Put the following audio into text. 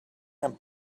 and